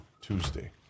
tuesday